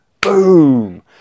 boom